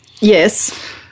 Yes